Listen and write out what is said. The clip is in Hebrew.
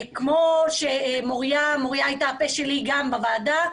כפי שמוריה היתה הפה שלי גם בוועדה,